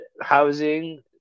housing